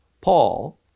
Paul